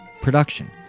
production